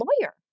lawyer